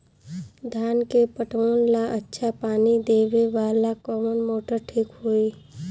धान के पटवन ला अच्छा पानी देवे वाला कवन मोटर ठीक होई?